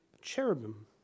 cherubim